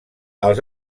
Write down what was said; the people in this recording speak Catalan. els